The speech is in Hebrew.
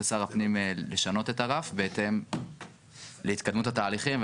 לשר הפנים לשנות את הרף בהתאם להתקדמות התהליכים,